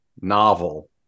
novel